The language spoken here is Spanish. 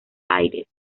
aires